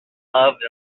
loved